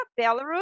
belarus